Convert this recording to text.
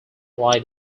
like